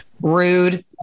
Rude